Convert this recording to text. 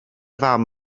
fam